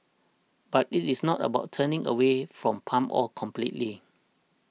but it is not about turning away from palm oil completely